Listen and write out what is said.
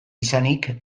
izanik